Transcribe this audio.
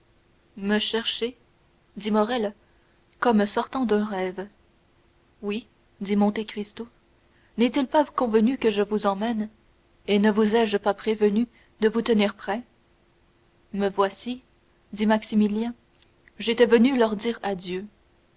me chercher dit morrel comme sortant d'un rêve oui dit monte cristo n'est-il pas convenu que je vous emmène et ne vous ai-je pas prévenu de vous tenir prêt me voici dit maximilien j'étais venu leur dire adieu